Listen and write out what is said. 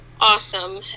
awesome